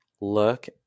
look